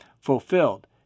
fulfilled